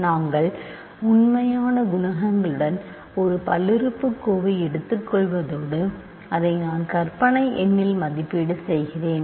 நாங்கள் உண்மையான குணகங்களுடன் ஒரு பல்லுறுப்புக்கோவை எடுத்துக்கொள்வதோடு அதை நான் கற்பனை எண்ணில் மதிப்பீடு செய்கிறேன்